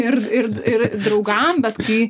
ir ir ir draugam bet kai